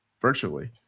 virtually